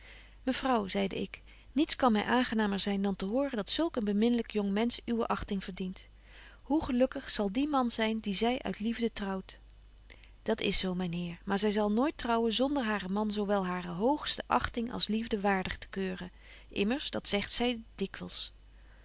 mevrouw zeide ik niets kan my aangenamer zyn dan te horen dat zulk een beminlyk jong mensch uwe achting verdient hoe gelukkig zal die man zyn die zy uit liefde trouwt dat is zo myn heer maar zy zal nooit trouwen zonder haren man zo wel hare betje wolff en aagje deken historie van mejuffrouw sara burgerhart hoogste achting als liefde waardig te keuren immers dat zegt zy dikwyls